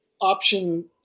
option